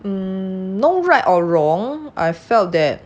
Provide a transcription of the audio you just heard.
mmhmm no right or wrong I felt that